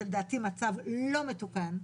זה לדעתי מצב לא מתוקן.